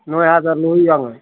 नय हाजारल' होयो आङो